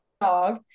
Dog